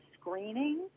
screening